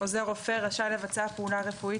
"עוזר רופא רשאי לבצע פעולה רפואית,